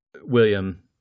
William